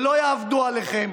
שלא יעבדו עליכם.